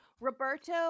Roberto